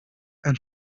and